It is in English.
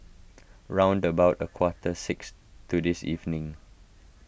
round about a quarter six to this evening